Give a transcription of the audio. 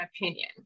opinion